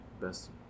best